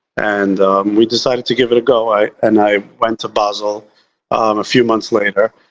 and we decided to give it a go. i and i went to basel a few months later,